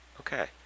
Okay